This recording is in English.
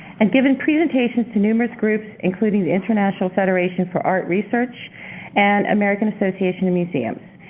and given presentations to numerous groups, including the international federation for art research and american association of museums.